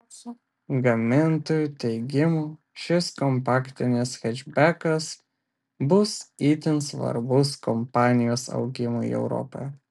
gamintojų teigimu šis kompaktinis hečbekas bus itin svarbus kompanijos augimui europoje